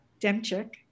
Demchik